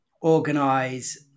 organize